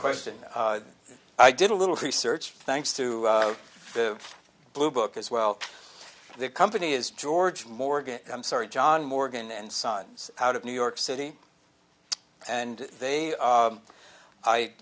question i did a little research thanks to the blue book as well the company is george morgan i'm sorry john morgan and sons out of new york city and they